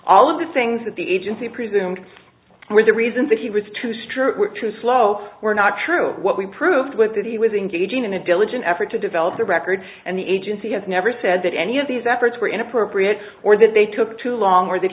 all of the things that the agency presumed were the reasons that he was too strong too slow were not true what we proved with that he was engaging in a diligent effort to develop the record and the agency has never said that any of these efforts were inappropriate or that they took too long or that